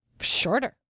Shorter